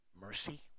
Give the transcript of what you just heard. Mercy